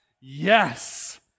Yes